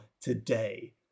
today